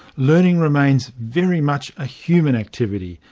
learning remains very much a human activity,